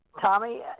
Tommy